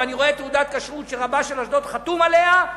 ורואה תעודת כשרות שרבה של אשדוד חתום עליה,